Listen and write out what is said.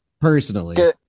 Personally